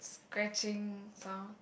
scratching sound